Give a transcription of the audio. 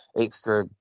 extra